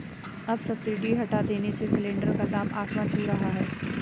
अब सब्सिडी हटा देने से सिलेंडर का दाम आसमान छू रहा है